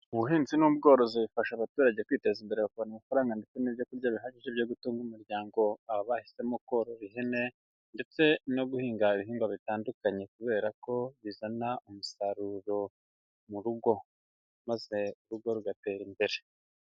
Ubuhinzi n'ubworozi bifasha abaturage kwiteza imbere bakabana amafaranga ndetse n'ibyo kurya bihagije byo gutunga umuryango, aba bahisemo korora ihene ndetse no guhinga ibihingwa bitandukanye, kubera ko bizana umusaruro mu rugo maze urugo rugatera imbere.